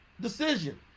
decision